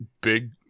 big